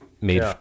made